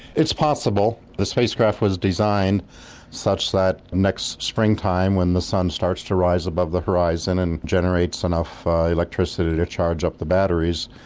it's possible. the spacecraft was designed such that next springtime when the sun starts to rise above the horizon and generates enough electricity to charge up the batteries,